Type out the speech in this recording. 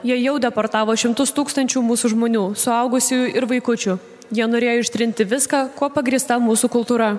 jie jau deportavo šimtus tūkstančių mūsų žmonių suaugusiųjų ir vaikučių jie norėjo ištrinti viską kuo pagrįsta mūsų kultūra